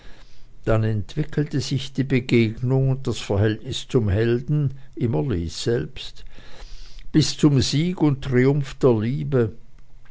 dann entwickelte sich die begegnung und das verhältnis zum helden immer lys selbst bis zum sieg und triumph der liebe